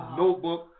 notebook